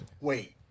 Wait